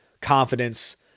confidence